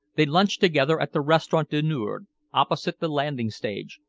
they lunched together at the restaurant du nord opposite the landing stage,